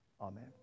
Amen